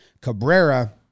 Cabrera